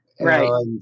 Right